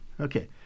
Okay